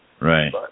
Right